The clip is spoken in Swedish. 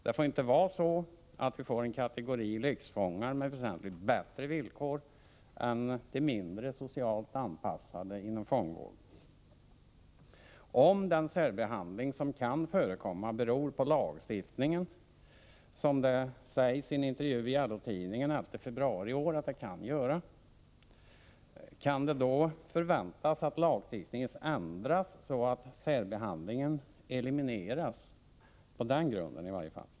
Det får inte vara så att vi får en kategori riksfångar som har väsentligt bättre villkor än de mindre socialt anpassade inom fångvården. Om den särbehandling som kan förekomma beror på lagstiftningen, som det sägs i en intervju i LO-tidningen i februari i år, kan det då förväntas att lagstiftningen ändras så att särbehandlingen elimineras i alla fall i det avseendet?